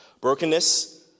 brokenness